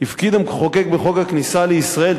בחוק הכניסה לישראל,